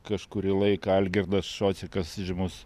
kažkurį laiką algirdas šocikas žymus